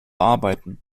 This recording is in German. arbeiten